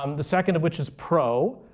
um the second of which is pro.